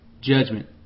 judgment